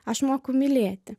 aš moku mylėti